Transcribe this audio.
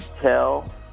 tell